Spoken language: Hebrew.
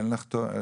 אין לך תארים,